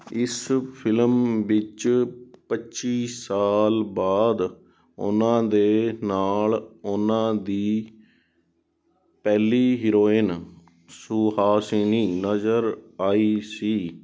ਇਸ ਫਿਲਮ ਵਿੱਚ ਪੱਚੀ ਸਾਲ ਬਾਅਦ ਉਨ੍ਹਾਂ ਦੇ ਨਾਲ ਉਨ੍ਹਾਂ ਦੀ ਪਹਿਲੀ ਹੀਰੋਇਨ ਸੁਹਾਸਿਨੀ ਨਜ਼ਰ ਆਈ ਸੀ